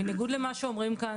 בניגוד למה שאומרים כאן,